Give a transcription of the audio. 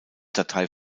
datei